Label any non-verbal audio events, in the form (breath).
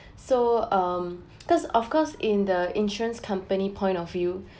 (breath) so um (noise) thus of course in the insurance company point of view (breath)